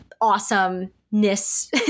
awesomeness